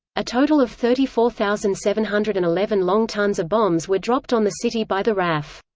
a total of thirty four thousand seven hundred and eleven long tons of bombs were dropped on the city by the raf.